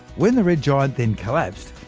when the red giant then collapsed,